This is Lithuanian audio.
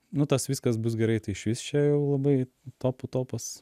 nu tas viskas bus gerai tai išvis čia jau labai topų topas